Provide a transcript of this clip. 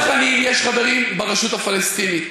אין ויכוח שלדב חנין יש חברים ברשות הפלסטינית.